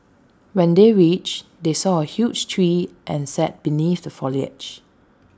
when they reached they saw A huge tree and sat beneath the foliage